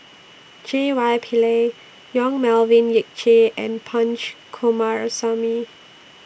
J Y Pillay Yong Melvin Yik Chye and Punch Coomaraswamy